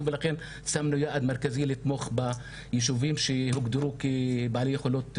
ולכן שמנו יעד מרכזי לתמוך ביישובים שהוגדרו כבעלי יכולות מוגבלות.